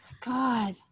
god